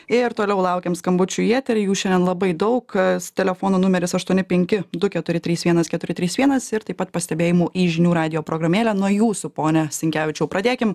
ir toliau laukiam skambučių į eterį jų šiandien labai daug kas telefono numeris aštuoni penki du keturi trys vienas keturi trys vienas ir taip pat pastebėjimų į žinių radijo programėlę nuo jūsų pone sinkevičiau pradėkim